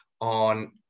on